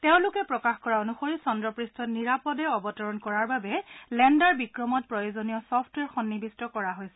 তেওঁলোকে প্ৰকাশ কৰা অনুসৰি চন্দ্ৰ পৃষ্ঠত নিৰাপদে অৱতৰণ কৰাৰ বাবে লেণ্ডাৰ বিক্ৰমত প্ৰয়োজনীয় ছফটৱেৰ সন্নিৱিষ্ট কৰা হৈছে